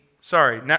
sorry